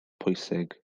pwysig